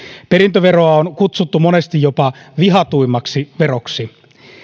perintöveroa on kutsuttu monesti jopa vihatuimmaksi veroksi